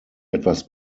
etwas